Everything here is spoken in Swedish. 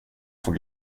får